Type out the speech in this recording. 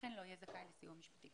אכן לא יהיה זכאי לסיוע המשפטי.